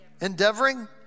Endeavoring